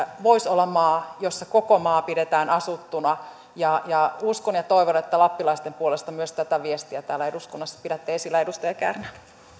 voisi olla maa jossa koko maa pidetään asuttuna ja ja uskon ja toivon että lappilaisten puolesta myös tätä viestiä täällä eduskunnassa pidätte esillä edustaja kärnä